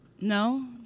No